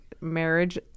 marriage